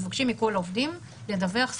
מבקשים מכל העובדים לדווח סטטוס.